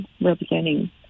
representing